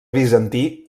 bizantí